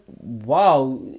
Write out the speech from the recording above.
wow